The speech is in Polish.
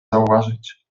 zauważyć